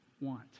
want